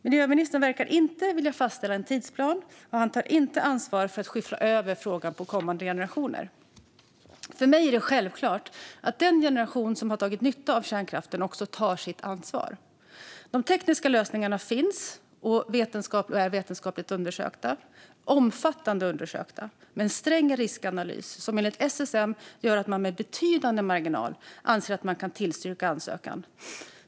Miljöministern verkar inte vilja fastställa en tidsplan, och han tar inte ansvar när det gäller att inte skyffla över frågan på kommande generationer. För mig är det självklart att den generation som dragit nytta av kärnkraften också ska ta ansvaret. De tekniska lösningarna finns och är vetenskapligt undersökta - omfattande undersökta, med en sträng riskanalys som enligt SSM gör att man med betydande marginal anser att man kan tillstyrka ansökan.